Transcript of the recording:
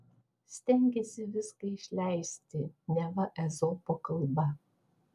stengėsi viską išleisti neva ezopo kalba